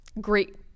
great